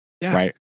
Right